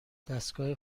دستگاه